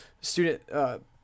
student